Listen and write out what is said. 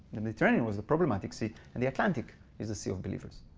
the mediterranean was the problematic sea, and the atlantic is a sea of believers.